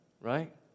right